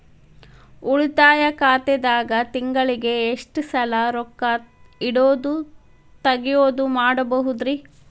ಉಳಿತಾಯ ಖಾತೆದಾಗ ತಿಂಗಳಿಗೆ ಎಷ್ಟ ಸಲ ರೊಕ್ಕ ಇಡೋದು, ತಗ್ಯೊದು ಮಾಡಬಹುದ್ರಿ?